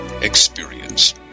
Experience